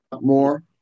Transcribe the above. more